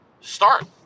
start